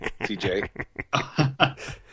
TJ